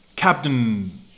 Captain